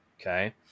okay